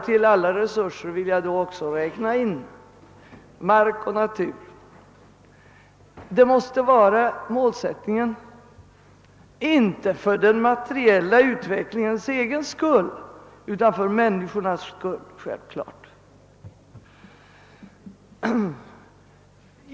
Till dessa resurser vill jag då räkna mark och natur. Men den målsättningen är inte formulerad för den materiella utvecklingens egen skull utan självfallet för människornas skull.